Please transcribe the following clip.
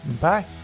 Bye